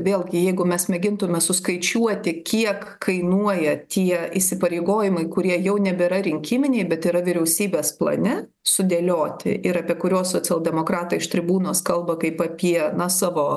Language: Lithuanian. vėlgi jeigu mes mėgintume suskaičiuoti kiek kainuoja tie įsipareigojimai kurie jau nebėra rinkiminiai bet yra vyriausybės plane sudėlioti ir apie kuriuos socialdemokratai iš tribūnos kalba kaip apie na savo